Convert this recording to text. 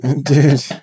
Dude